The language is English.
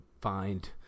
find